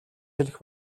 хэлэх